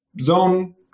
zone